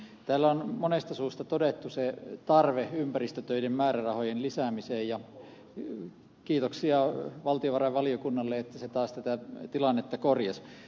täällä on monesta suusta todettu tarve ympäristötöiden määrärahojen lisäämiseen ja kiitoksia valtiovarainvaliokunnalle että se taas tätä tilannetta korjasi